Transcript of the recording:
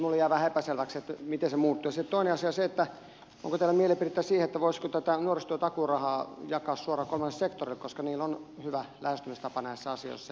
sitten toinen asia on se että onko teillä mielipidettä siihen voisiko tätä nuorisotyön takuurahaa jakaa suoraan kolmannelle sektorille koska niillä on hyvä lähestymistapa näissä asioissa